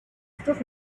stuff